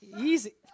Easy